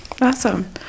Awesome